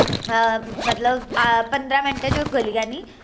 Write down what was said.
मतलब पन्दरां मैन्टे च ओह् गली जानी